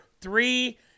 three